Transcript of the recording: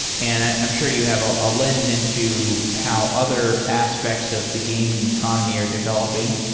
and i am sure you have ah a lens into how other aspects of the gaming economy are developing,